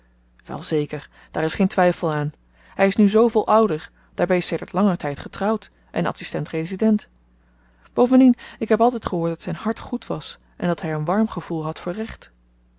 wel zeker daar is geen twyfel aan hy is nu zooveel ouder daarby sedert langen tyd getrouwd en adsistent resident bovendien ik heb altyd gehoord dat zyn hart goed was en dat hy een warm gevoel had voor recht